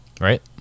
Right